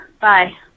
Bye